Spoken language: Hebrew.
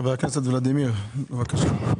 חבר הכנסת ולדימיר, בבקשה.